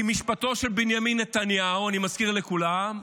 כי משפטו של בנימין נתניהו, אני מזכיר לכולם,